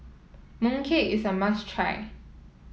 mooncake is a must try